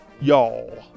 y'all